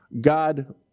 God